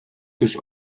tus